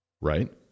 Right